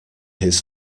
his